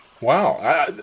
Wow